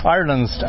Ireland's